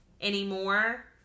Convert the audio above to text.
anymore